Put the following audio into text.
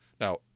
Now